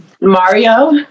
Mario